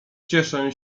cieszę